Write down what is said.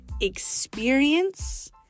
experience